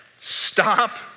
stop